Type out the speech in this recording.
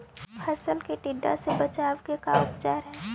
फ़सल के टिड्डा से बचाव के का उपचार है?